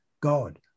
God